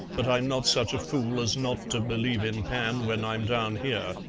but i'm not such a fool as not to believe in pan when i'm down here.